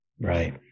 right